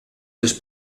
les